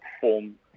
form